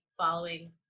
following